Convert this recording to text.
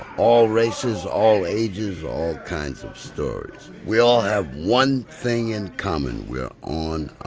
all races, all ages, all kinds of stories. we all have one thing in common. we're on our